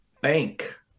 bank